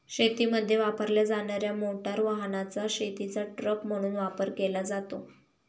शेतीमध्ये वापरल्या जाणार्या मोटार वाहनाचा शेतीचा ट्रक म्हणून वापर केला जातो